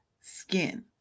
skin